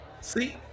See